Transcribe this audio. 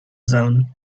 zone